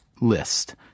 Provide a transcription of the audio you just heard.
list